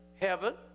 heaven